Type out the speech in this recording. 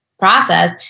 process